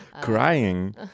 Crying